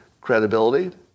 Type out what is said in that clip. credibility